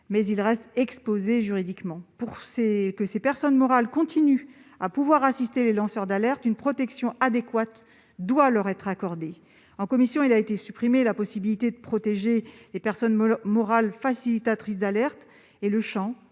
mais ils restent exposés juridiquement. Pour que ces personnes morales puissent continuer à assister les lanceurs d'alerte, une protection adéquate doit leur être accordée. En commission, la possibilité de protéger les personnes morales facilitatrices d'alerte a